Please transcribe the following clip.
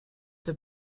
the